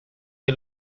que